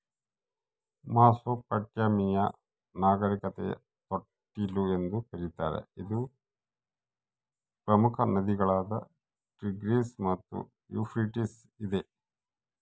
Mesopotamia ನಾಗರಿಕತೆಯ ತೊಟ್ಟಿಲು ಎಂದು ಕರೀತಾರ ಇದು ಪ್ರಮುಖ ನದಿಗಳಾದ ಟೈಗ್ರಿಸ್ ಮತ್ತು ಯೂಫ್ರಟಿಸ್ ಇದೆ